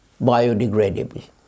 biodegradable